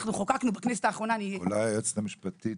אנחנו חוקקנו בכנסת האחרונה --- היועצת המשפטית,